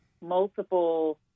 multiple